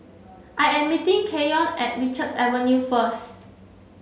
I am meeting Keyon at Richards Avenue first